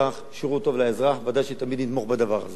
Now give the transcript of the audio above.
שירות טוב לאזרח, ודאי שתמיד נתמוך בדבר הזה.